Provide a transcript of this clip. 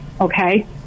okay